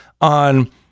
on